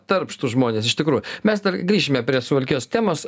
darbštūs žmonės iš tikrųjų mes dar grįšime prie suvalkijos temos